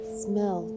smell